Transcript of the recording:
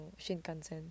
Shinkansen